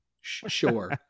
sure